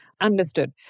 Understood